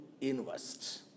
invest